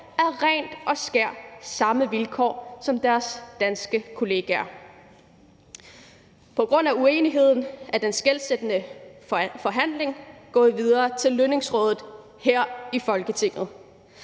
er ganske enkelt samme vilkår som deres danske kollegaer. På grund af uenigheden er den skelsættende forhandling gået videre til Lønningsrådet her i Folketinget.